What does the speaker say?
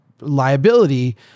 liability